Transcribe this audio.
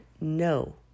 no